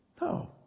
No